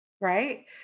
right